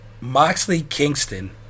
Moxley-Kingston